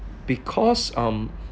because um